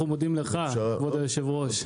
אנחנו מודים לך, כבוד היושב-ראש.